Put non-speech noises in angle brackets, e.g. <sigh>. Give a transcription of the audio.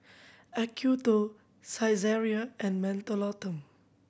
Acuto Saizeriya and <unintelligible>